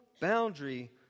boundary